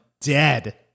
dead